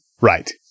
Right